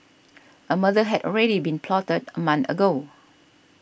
a murder had already been plotted a month ago